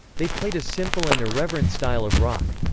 they played a simple and irreverent style of rock.